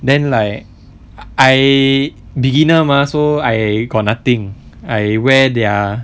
then like I beginner mah so I got nothing I wear their